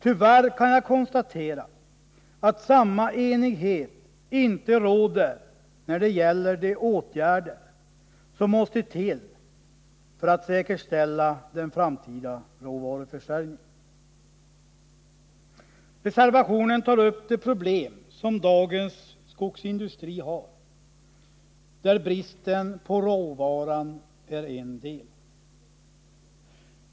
Tyvärr kan jag konstatera att samma enighet inte råder när det gäller de åtgärder som måste till för att säkerställa den framtida råvaruförsörjningen. Reservationen tar upp de problem som dagens skogsindustri har, där bristen på råvara är en del.